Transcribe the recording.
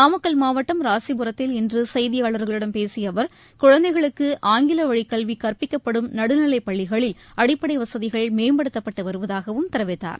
நாமக்கல் மாவட்டம் ராசிபுரத்தில் இன்று செய்தியாளர்களிடம் பேசிய அவர் குழந்தைகளுக்கு ஆங்கில வழிக்கல்வி கற்பிக்கப்படும் நடுநிலைப்பள்ளிகளில் அடிப்படை வசதிகள் மேம்படுத்தப்பட்டு வருவதாகவும் தெரிவித்தார்